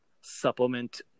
supplement